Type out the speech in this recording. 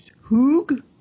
Hoog